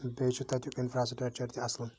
بیٚیہِ چھُ تَتیُک اِنفراسٹرکچر تہِ اصل